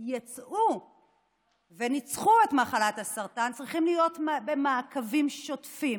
שיצאו וניצחו את מחלת הסרטן צריכים להיות במעקבים שוטפים.